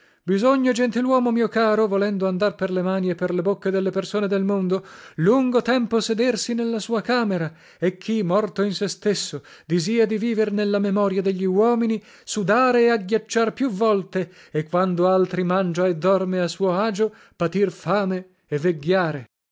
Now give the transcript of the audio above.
bisogna gentiluomo mio caro volendo andar per le mani e per le bocche delle persone del mondo lungo tempo sedersi nella sua camera e chi morto in sé stesso disia di viver nella memoria degli uomini sudare e agghiacciar più volte e quando altri mangia e dorme a suo agio patir fame e